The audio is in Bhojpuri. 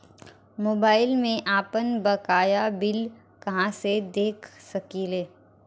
मोबाइल में आपनबकाया बिल कहाँसे देख सकिले?